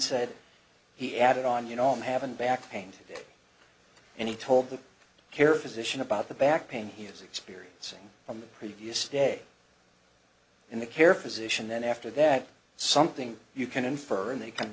said he added on you know i'm having back pain and he told the care physician about the back pain he is experiencing on the previous day in the care physician then after that something you can infer and they can